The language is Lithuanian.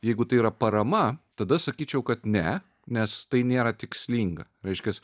jeigu tai yra parama tada sakyčiau kad ne nes tai nėra tikslinga reiškias